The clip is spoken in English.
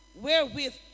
wherewith